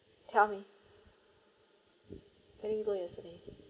tell me where you go yesterday